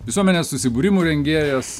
visuomenės susibūrimų rengėjas